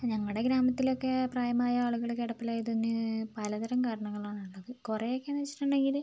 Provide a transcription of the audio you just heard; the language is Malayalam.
ഞങ്ങളുടെടെ ഗ്രാമത്തിലൊക്കെ പ്രായമായ ആളുകൾ കിടപ്പിലായാൽ തന്നെ പലതരം കാരണങ്ങളാണ് ഉള്ളത് കുറെയൊക്കെന്നു വെച്ചിട്ടുണ്ടെങ്കിൽ